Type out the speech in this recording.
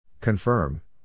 Confirm